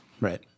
Right